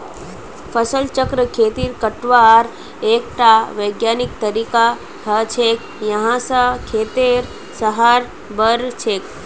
फसल चक्र खेती करवार एकटा विज्ञानिक तरीका हछेक यहा स खेतेर सहार बढ़छेक